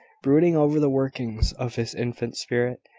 brooding over the workings of his infant spirit,